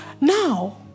Now